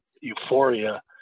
euphoria